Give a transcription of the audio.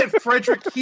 Frederick